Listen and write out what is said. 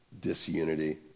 disunity